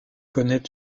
connaît